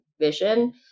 vision